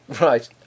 right